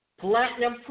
platinum